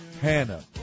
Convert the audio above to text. Hannah